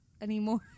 anymore